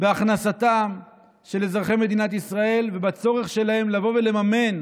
בהכנסתם של אזרחי מדינת ישראל ובצורך שלהם לבוא ולממן